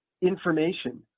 information